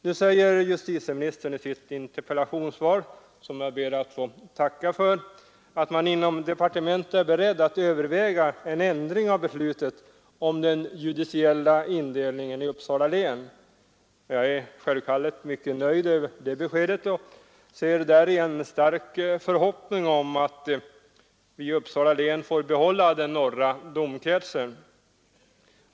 Nu säger justitieministern i sitt interpellationssvar, som jag ber att få tacka för, att man inom departementet är beredd att överväga en ändring av beslutet om den judiciella indelningen i Uppsala län. Jag är självfallet mycket nöjd med det beskedet, som inger mig en stark förhoppning om att vi i Uppsala län får behålla den norra domkretsen.